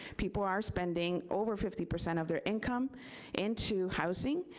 people are spending over fifty percent of their income into housing,